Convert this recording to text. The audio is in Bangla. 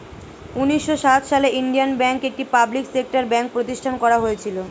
উন্নিশো সাত সালে ইন্ডিয়ান ব্যাঙ্ক, একটি পাবলিক সেক্টর ব্যাঙ্ক প্রতিষ্ঠান করা হয়েছিল